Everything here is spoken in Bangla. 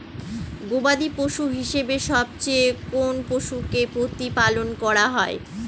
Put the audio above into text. গবাদী পশু হিসেবে সবচেয়ে কোন পশুকে প্রতিপালন করা হয়?